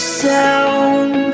sound